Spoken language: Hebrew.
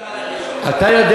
אתה רצית שהוא יעלה ראשון.